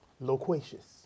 loquacious